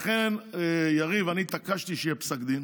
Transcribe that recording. לכן, יריב, אני התעקשתי שיהיה פסק דין,